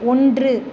ஒன்று